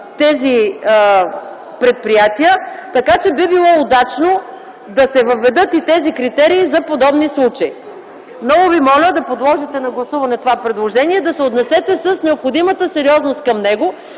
тези предприятия. Така че би било удачно да се въведат и тези критерии за подобни случаи. Много ви моля, да подложите на гласуване това предложение, да се отнесете с необходимата сериозност към него,